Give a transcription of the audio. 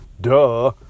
Duh